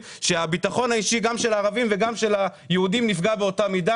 שהביטחון האישי של היהודים ושל הערבים נפגע באותה מידה.